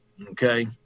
Okay